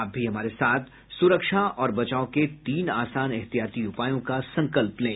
आप भी हमारे साथ सुरक्षा और बचाव के तीन आसान एहतियाती उपायों का संकल्प लें